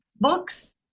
books